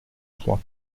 trois